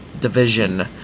division